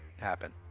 happen